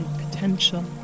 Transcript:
potential